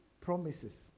promises